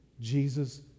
Jesus